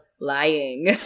lying